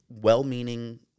well-meaning